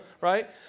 right